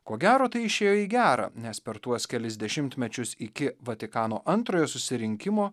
ko gero tai išėjo į gera nes per tuos kelis dešimtmečius iki vatikano antrojo susirinkimo